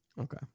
Okay